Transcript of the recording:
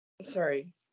Sorry